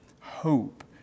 hope